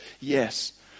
Yes